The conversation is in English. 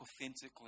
authentically